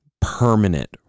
permanent